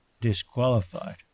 disqualified